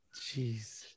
Jeez